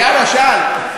יאללה, שאל.